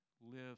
live